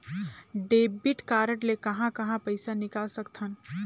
Debit card ले कहां कहां पइसा निकाल सकथन?